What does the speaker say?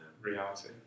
reality